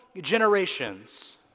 generations